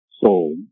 soul